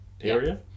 area